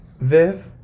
Viv